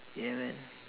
ya man